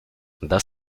das